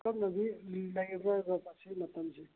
ꯑꯀꯛꯅꯕꯤ ꯂꯩꯕ꯭ꯔꯥꯕ ꯃꯁꯤ ꯃꯇꯝꯁꯤ